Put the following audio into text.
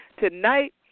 Tonight